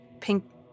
pink